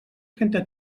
trenta